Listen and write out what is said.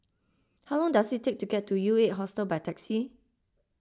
how long does it take to get to U eight Hostel by taxi